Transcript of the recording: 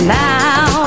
now